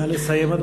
נא לסיים, אדוני.